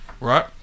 right